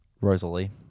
Rosalie